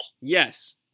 yes